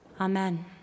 Amen